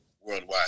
worldwide